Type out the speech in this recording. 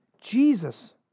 Jesus